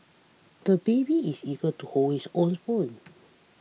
the baby is eager to hold his own spoon